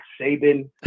Saban